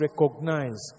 recognize